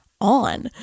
on